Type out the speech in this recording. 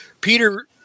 Peter